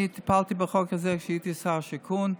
טיפלתי בהצעת החוק הזאת כשהייתי שר השיכון.